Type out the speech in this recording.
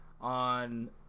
On